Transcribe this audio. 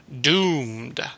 Doomed